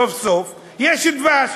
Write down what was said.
סוף-סוף יש דבש,